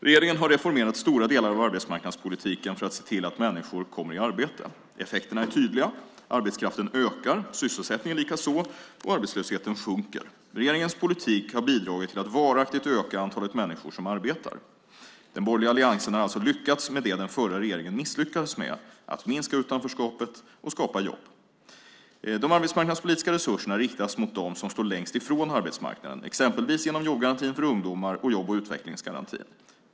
Regeringen har reformerat stora delar av arbetsmarknadspolitiken för att se till att fler människor kommer i arbete. Effekterna är tydliga: Arbetskraften ökar, sysselsättningen likaså och arbetslösheten sjunker. Regeringens politik har bidragit till att varaktigt öka antalet människor som arbetar. Den borgerliga alliansen har alltså lyckats med det den förra regeringen misslyckades med - att minska utanförskapet och skapa jobb. De arbetsmarknadspolitiska resurserna riktas mot dem som står längst från arbetsmarknaden, exempelvis genom jobbgarantin för ungdomar och jobb och utvecklingsgarantin.